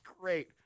great